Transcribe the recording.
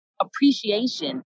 appreciation